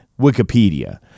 Wikipedia